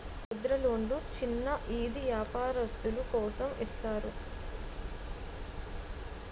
ముద్ర లోన్లు చిన్న ఈది వ్యాపారస్తులు కోసం ఇస్తారు